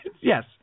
Yes